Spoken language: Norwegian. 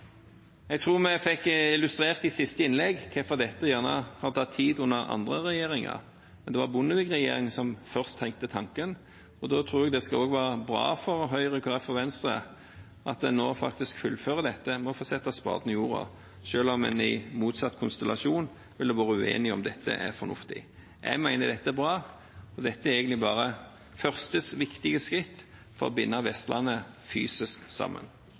Jeg tror vi fikk illustrert i siste innlegg hvorfor dette gjerne har tatt tid under andre regjeringer. Men det var Bondevik-regjeringen som først tenkte tanken, og da tror jeg det også skal være bra for Høyre, Kristelig Folkeparti og Venstre at en nå faktisk fullfører dette og setter spaden i jorden, selv om en i motsatt konstellasjon ville vært uenig i om dette er fornuftig. Jeg mener dette er bra, og dette er egentlig bare første, viktige skritt for å binde Vestlandet fysisk sammen.